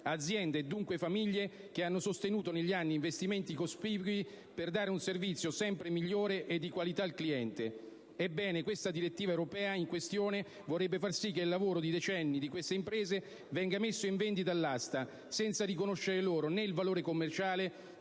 aziende e dunque famiglie che hanno sostenuto negli anni investimenti cospicui per dare un servizio sempre migliore e di qualità al cliente. Ebbene, la direttiva europea in questione vorrebbe far sì che il lavoro di decenni di queste imprese venga messo in vendita all'asta senza riconoscere loro né il valore commerciale